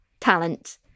talent